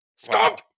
Stop